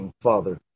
Father